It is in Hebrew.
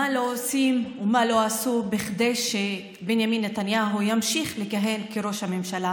מה לא עושים ומה לא עשו כדי שבנימין נתניהו ימשיך לכהן כראש הממשלה,